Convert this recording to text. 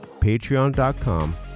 patreon.com